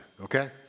okay